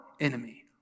enemy